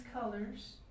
colors